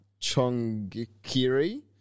Chongkiri